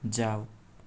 जाऊ